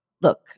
look